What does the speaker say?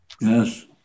Yes